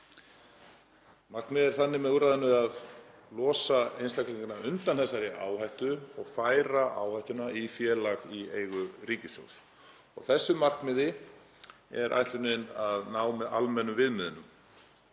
Markmiðið með úrræðinu er að losa einstaklingana undan þessari áhættu og færa áhættuna í félag í eigu ríkissjóðs. Þessu markmiði er ætlunin að ná með almennum viðmiðunum.